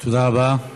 תודה רבה.